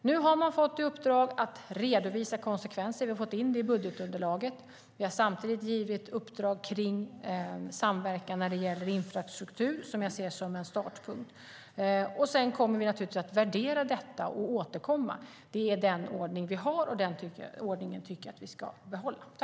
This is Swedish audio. Nu har man fått i uppdrag att redovisa konsekvenser, och vi har fått in det i budgetunderlaget. Vi har samtidigt givit uppdrag kring samverkan när det gäller infrastruktur, som jag ser som en startpunkt. Sedan kommer vi naturligtvis att värdera detta och återkomma. Det är den ordning vi har, och den ordningen tycker jag att vi ska behålla.